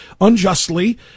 unjustly